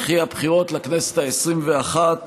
וכי הבחירות לכנסת העשרים ואחת